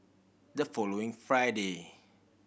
the following Friday